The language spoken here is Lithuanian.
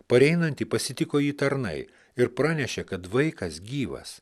pareinantį pasitiko jį tarnai ir pranešė kad vaikas gyvas